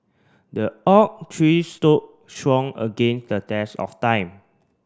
the oak tree stood strong against the test of time